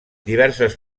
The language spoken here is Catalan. diverses